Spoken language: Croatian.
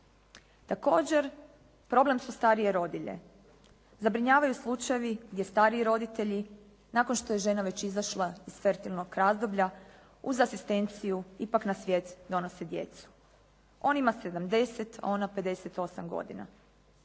Također, problem su starije rodilje. Zabrinjavaju slučajevi gdje stariji roditelji nakon što je žena već izašla iz fertilnog razdoblja uz asistenciju ipak na svijet donose djecu. On ima 70, a ona 58 godina.